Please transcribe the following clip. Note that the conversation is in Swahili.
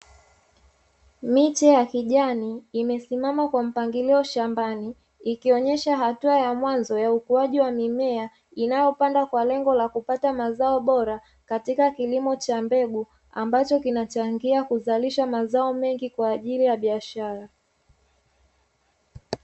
Miche ya kijani imesimamakwa mpangilio shambani ikionyesha hatua ya mwanzon ya ukuaji wa mimea inayopandwa kwa lengo la kupata mazao bora katika kilimo cha mbegu ambacho kinachangia kuzalisha mazao mengi Kwa ajili ya biashara.